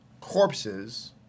corpses